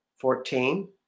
Fourteen